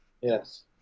Yes